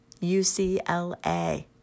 UCLA